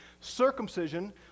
circumcision